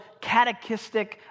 catechistic